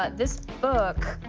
um this book,